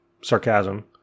sarcasm